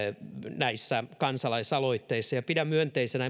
näissä kansalaisaloitteissa pidän myönteisenä